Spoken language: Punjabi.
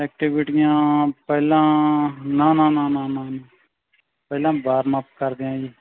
ਐਕਟੀਵਿਟੀਆਂ ਪਹਿਲਾਂ ਨਾ ਨਾ ਨਾ ਨਾ ਨਾ ਨਾ ਪਹਿਲਾਂ ਵਾਰਮ ਅੱਪ ਕਰਦੇ ਹਾਂ ਜੀ